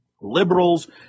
liberals